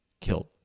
killed